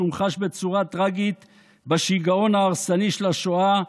שהומחש בצורה טרגית בשיגעון ההרסני של השואה,